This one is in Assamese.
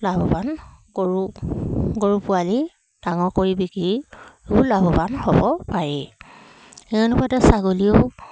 লাভৱান গৰু গৰু পোৱালি ডাঙৰ কৰি বিকি বহুত লাভৱান হ'ব পাৰি সেই অনুপাতে ছাগলীও